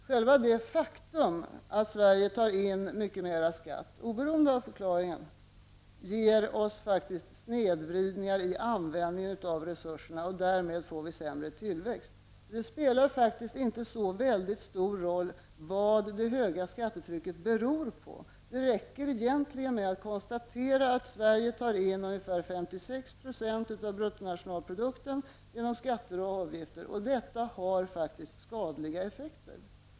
Själva det faktum att Sverige tar in mycket mer skatt, oberoende av förklaringen, ger oss faktiskt snedvridningar i användingen av resurserna, och därmed får vi sämre tillväxt. Det spelar faktiskt inte så stor roll vad det höga skattetrycket beror på. Det räcker egentligen med att konstatera att Sverige tar in ungefär 56 % av bruttonationalprodukten genom skatter och avgifter. Detta har faktiskt skadliga effekter.